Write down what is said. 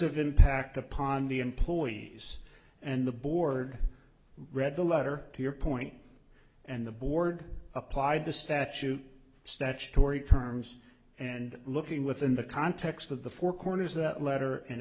coercive impact upon the employees and the board read the letter to your point and the board applied the statute statutory terms and looking within the context of the four corners that letter and